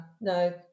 no